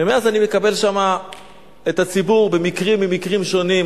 ומאז אני מקבל שם את הציבור במקרים ממקרים שונים,